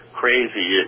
crazy